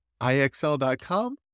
IXL.com